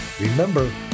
Remember